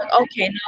okay